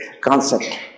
concept